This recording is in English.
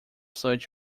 such